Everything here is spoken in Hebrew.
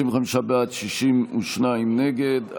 55 בעד, 62 נגד.